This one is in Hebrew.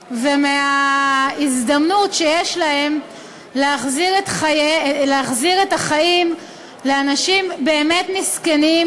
ומההזדמנות שיש להם להחזיר את החיים לאנשים באמת מסכנים,